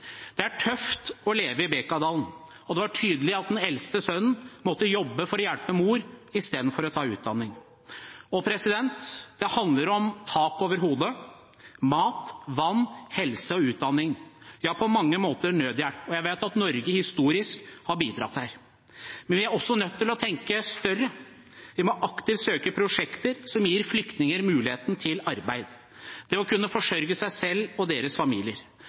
Det er tøft å leve i Bekaadalen, og det var tydelig at den eldste sønnen måtte jobbe for å hjelpe mor i stedet for å ta utdanning. Det handler om tak over hodet, mat, vann, helse og utdanning – ja, på mange måter nødhjelp. Jeg vet at Norge historisk har bidratt der. Men vi er også nødt til å tenke større. Vi må aktivt søke prosjekter som gir flyktninger muligheten til arbeid, til å kunne forsørge seg selv og